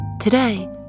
Today